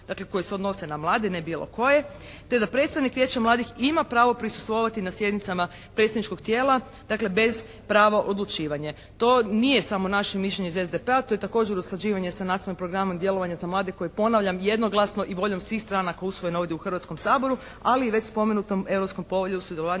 dakle koji se odnose na mlade, ne bilo koje, te da predstavnik Vijeća mladih ima pravo prisustvovati na sjednicama predstavničkog tijela, dakle bez prava odlučivanja. To nije samo naše mišljenje iz SDP-a, to je također kod usklađivanja sa Nacionalnim programom djelovanja za mlade koje ponavljam jednoglasno i voljom svih stranaka usvojeno ovdje u Hrvatskom saboru ali i već spomenutom Europskom poveljom o sudjelovanju